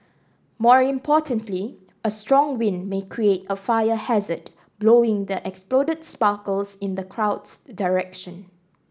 more importantly a strong wind may create a fire hazard blowing the exploded sparkles in the crowd's direction